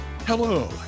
Hello